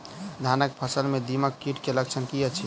धानक फसल मे दीमक कीट केँ लक्षण की अछि?